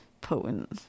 potent